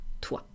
toi